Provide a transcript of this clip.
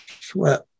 sweat